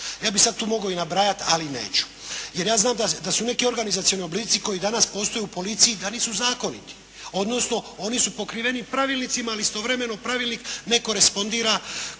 Ja bih sada tu mogao i nabrajati, ali neću. Jer ja znam da su neki organizacioni oblici koji danas postoje u policiji da nisu zakoniti, odnosno oni su pokriveni pravilnicima, ali istovremeno pravilnik ne korespondira